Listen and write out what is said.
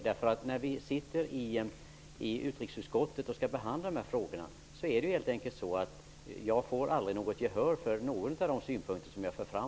När dessa frågor behandlas i utrikesutskottet får jag helt enkelt aldrig något gehör för mina synpunkter.